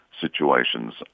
situations